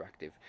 Interactive